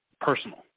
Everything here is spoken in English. personal